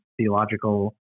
theological